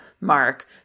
mark